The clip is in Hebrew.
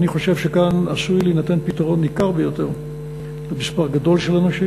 אני חושב שכאן עשוי להינתן פתרון ניכר ביותר למספר גדול של אנשים.